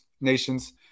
nations